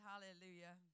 Hallelujah